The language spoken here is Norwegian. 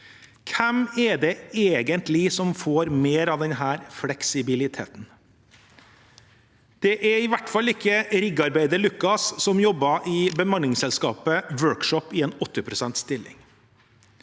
Hvem er det egentlig som får mer av denne fleksibiliteten? Det var i hvert fall ikke riggarbeider Lukas som jobbet i bemanningsselskapet Workshop i 80 pst. stilling.